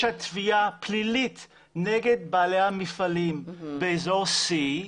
תביעה פלילית נגד בעלי המפעלים באזור C,